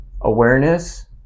Awareness